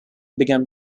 began